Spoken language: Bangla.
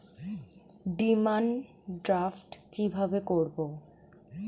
ডিমান ড্রাফ্ট কীভাবে করব?